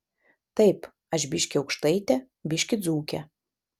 taip aš biškį aukštaitė biškį dzūkė